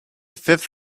fifth